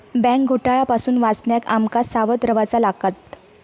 bank घोटाळा पासून वाचण्याक आम का सावध रव्हाचा लागात